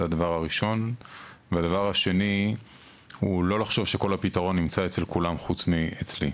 והדבר השני הוא לא לחשוב שהפתרון נמצא אצל כולם חוץ מאצלי.